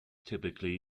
typically